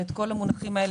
לגבי כל המונחים האלה,